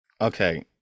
okay